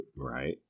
Right